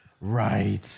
Right